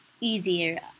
easier